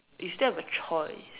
you still have a choice